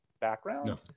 background